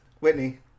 Whitney